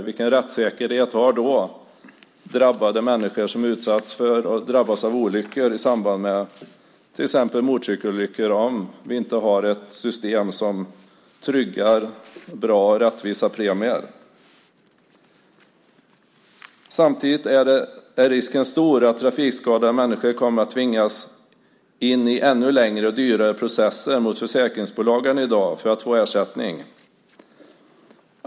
Vilken rättssäkerhet har då drabbade människor som drabbas av olyckor i samband med till exempel motorcykelåkande om vi inte har ett system som tryggar bra och rättvisa premier? Samtidigt är risken stor att trafikskadade människor kommer att tvingas in i ännu längre och dyrare processer mot försäkringsbolagen än i dag för att få ersättning.